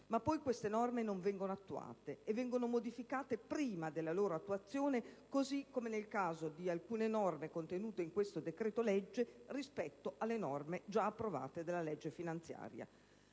ma poi queste norme non vengono attuate, o vengono modificate prima della loro attuazione, così come nel caso di alcune norme contenute in questo decreto-legge rispetto alle disposizioni già approvate con la legge finanziaria.